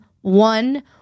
one